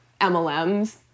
MLMs